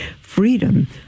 freedom